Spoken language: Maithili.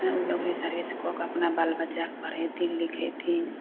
ओ नौकरी सर्विस कऽ के अपना बाल बच्चाके पढ़ेथिन लिखेथिन